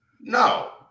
No